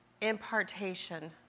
impartation